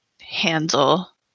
handle